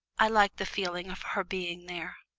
i liked the feeling of her being there.